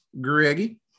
Greggy